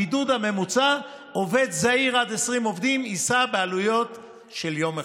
בבידוד הממוצע מעסיק זעיר של עד 20 עובדים יישא בעלויות של יום אחד,